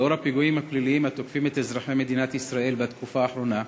בעקבות הפיגועים הפליליים התוקפים את אזרחי מדינת ישראל בתקופה האחרונה,